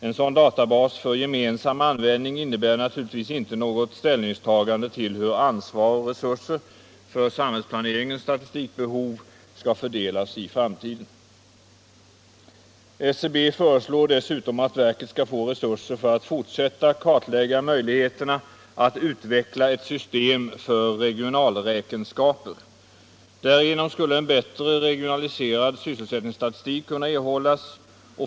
En sådan databas för gemensam användning innebär naturligtvis inte något ställningstagande till hur ansvar och resurser för samhällsplaneringens statistikbehov skall fördelas i framtiden. SCB föreslår dessutom att verket skall få resurser för att fortsätta kart lägga möjligheterna att utveckla ett system för regionalräkenskaper. Därigenom skulle en bättre regionaliserad sysselsättningsstatistik kunna erhållas.